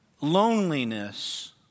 loneliness